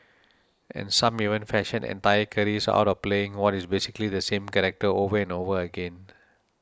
and some even fashion entire careers out of playing what is basically the same character over and over again